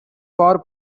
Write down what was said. for